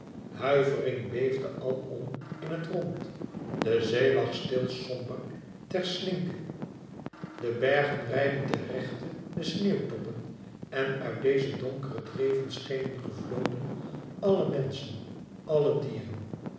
huivering beefde alom in het rond de zee lag stil somber ter slinke de bergen rijden ter rechte de sneeuwtoppen en uit deze donkere dreven schenen gevloden alle menschen alle dieren